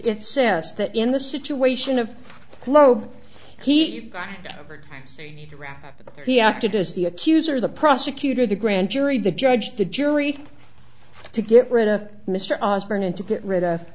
it says that in the situation of globe he countered that he acted as the accuser the prosecutor the grand jury the judge the jury to get rid of mr osbourne and to get rid of